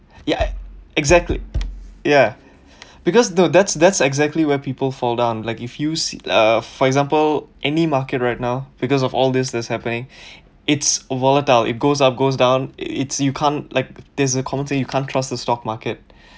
ya exactly ya because though that's that's exactly where people fall down like if you se~ uh for example any market right now because of all this is happening it's volatile it goes up goes down it's you can't like there's a commentary you can't trust the stock market